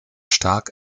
stark